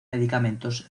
medicamentos